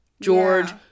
George